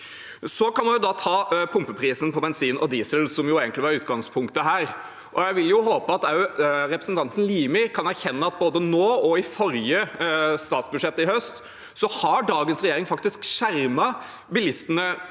Så kan man ta pumpeprisen på bensin og diesel, som jo egentlig var utgangspunktet her. Jeg vil håpe at også representanten Limi kan erkjenne at både nå og i statsbudsjettet i høst har dagens regjering faktisk skjermet bilistene